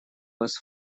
вас